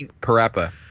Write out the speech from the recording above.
Parappa